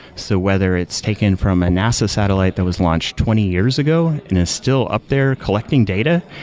so whether it's taken from a nasa satellite that was launched twenty years ago and is still up there collecting data,